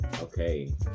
okay